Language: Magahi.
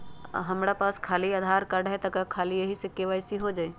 हमरा पास खाली आधार कार्ड है, का ख़ाली यही से के.वाई.सी हो जाइ?